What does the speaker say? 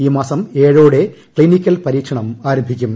ഈ മാസം ഏഴോടെ ക്ലിനിക്കൽ പരീക്ഷണം ആരംഭിക്കും